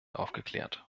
aufgeklärt